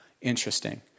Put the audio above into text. Interesting